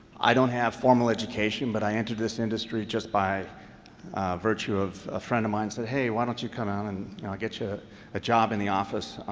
i don't have formal education, but i entered this industry just by virtue of a friend of mine said, hey, why don't you come out, and i'll get you ah a job in the office,